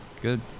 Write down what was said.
Good